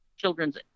Children's